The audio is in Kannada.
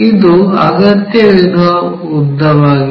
ಇದು ಅಗತ್ಯವಿರುವ ಉದ್ದವಾಗಿದೆ